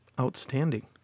Outstanding